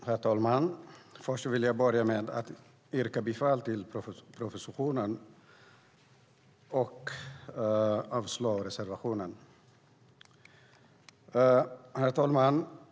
Herr talman! Jag vill börja med att yrka bifall till förslaget i propositionen och avslag på reservationen.